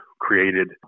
created